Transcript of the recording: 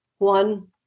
One